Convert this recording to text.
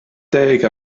deg